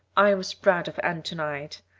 i was proud of anne tonight,